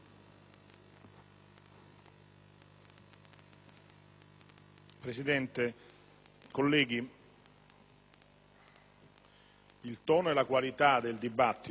Presidente, onorevoli colleghi, il tono e la qualità del dibattito in alcuni interventi